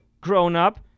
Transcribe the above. grown-up